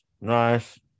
nice